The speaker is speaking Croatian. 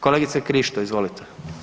Kolegice Krišto, izvolite.